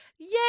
Yay